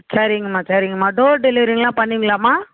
சரிங்க அம்மா சரிங்க அம்மா டோர் டெலிவரிங்கள் எல்லாம் பண்ணுவீங்களாம்மா